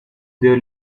there